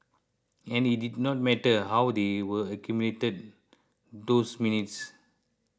and it did not matter how they were accumulated those minutes